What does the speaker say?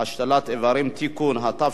הבטחת הכנסה (תיקון מס' 40),